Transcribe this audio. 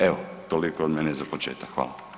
Evo toliko od mene za početak.